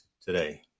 today